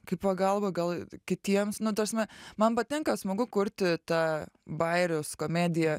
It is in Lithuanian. kaip pagalba gal kitiems nu ta prasme man patinka smagu kurti tą bajerius komediją